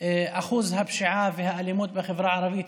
אחוז הפשיעה והאלימות בחברה הערבית,